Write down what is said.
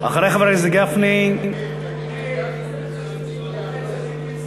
אחרי חבר הכנסת גפני, לכן צדיקים שמחים.